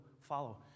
follow